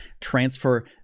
transfer